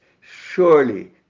surely